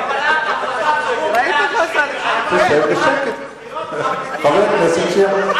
אני מקבל את הכדור שאתה שלחת ואני אומר עם תוספת קטנה,